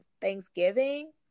Thanksgiving